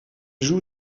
joue